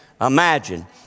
Imagine